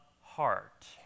heart